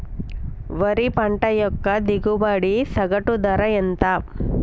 వరి పంట యొక్క దిగుబడి సగటు ధర ఎంత?